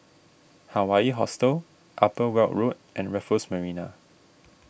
Hawaii Hostel Upper Weld Road and Raffles Marina